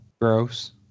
gross